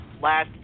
last